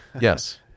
Yes